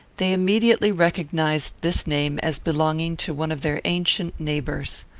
they immediately recognised this name as belonging to one of their ancient neighbours.